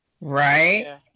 Right